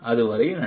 அதுவரை நன்றி